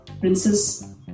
princess